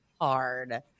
hard